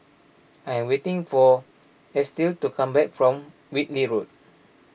I am waiting for Estill to come back from Whitley Road